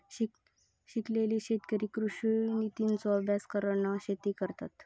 शिकलेले शेतकरी कृषि नितींचो अभ्यास करान शेती करतत